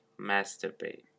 masturbate